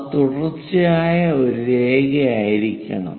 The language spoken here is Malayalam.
അത് തുടർച്ചയായ ഒരു രേഖയായിരിക്കണം